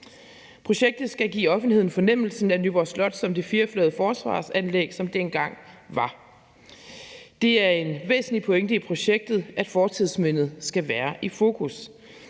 Projektet skal give offentligheden fornemmelsen af Nyborg Slot som det firefløjede forsvarsanlæg, som det engang var. Det er en væsentlig pointe i projektet, at fortidsmindet skal være i fokus.